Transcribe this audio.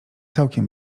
całkiem